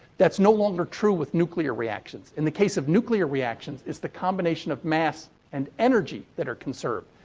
that's no longer true with nuclear reactions. in the case of nuclear reactions, it's the combination of mass and energy that are conserved.